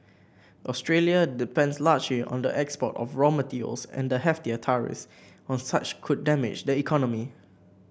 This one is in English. Australia depends largely on the export of raw materials and heftier tariffs on such could damage the economy